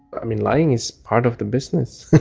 i mean, lying is part of the business